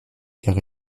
car